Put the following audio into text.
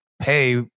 pay